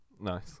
Nice